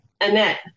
Annette